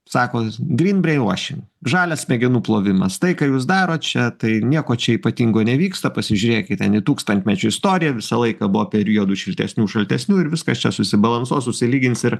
sako green brain washin žalias smegenų plovimas tai ką jūs darot čia tai nieko čia ypatingo nevyksta pasižiūrėkit ten į tūkstantmečio istoriją visą laiką buvo periodų šiltesnių šaltesnių ir viskas čia susibalansuos susilygins ir